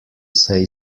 say